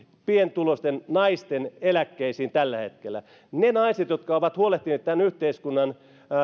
pienituloisten naisten eläkkeisiin tällä hetkellä ne naiset jotka ovat huolehtineet tämän yhteiskunnan